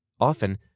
Often